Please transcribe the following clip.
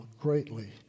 greatly